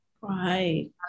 Right